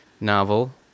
novel